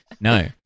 No